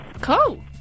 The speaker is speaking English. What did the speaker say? Cool